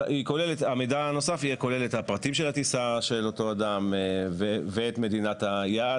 והמידע הנוסף יכלול את פרטי הטיסה של אותו אדם ואת מדינת היעד,